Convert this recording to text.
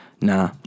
nah